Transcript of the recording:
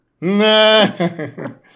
No